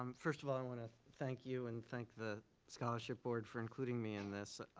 um first of all, i want to thank you and thank the scholarship board for including me in this.